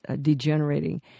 degenerating